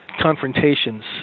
confrontations